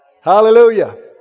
Hallelujah